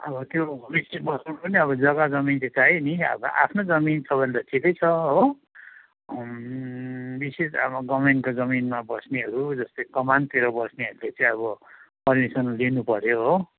अब त्यो रिसिभ गर्नु पनि अब जग्गा जमिन चाहिँ चाहियो नि अब आफ्नो जमिन छ भने त ठिकै छ हो विशेष अब गभर्मेन्टको जमिनमा बस्नेहरू जस्तै कमानतिर बस्नेहरूले चाहिँ अब पर्मिसन लिनुपऱ्यो हो